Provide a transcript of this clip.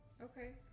Okay